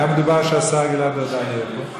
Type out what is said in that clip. היה מדובר שהשר גלעד ארדן יהיה פה.